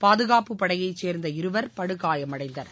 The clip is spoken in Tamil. பாதுகாப்புப்படையைச்சேர்ந்த இருவர் படுகாயமடைந்தனர்